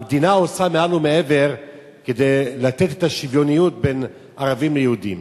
המדינה עושה מעל ומעבר כדי לתת את השוויוניות בין ערבים ליהודים.